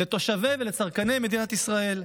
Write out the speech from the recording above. לתושבי ולצרכני מדינת ישראל,